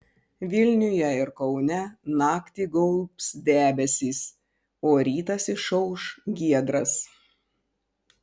vilniuje ir kaune naktį gaubs debesys o rytas išauš giedras